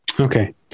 okay